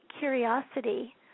curiosity